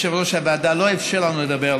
יושב-ראש הוועדה לא אפשר לנו לדבר.